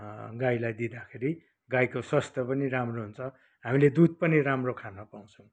गाईलाई दिँदाखेरि गाईको स्वस्थ पनि राम्रो हुन्छ हामीले दुध पनि राम्रो खान पाउँछौँ